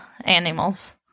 animals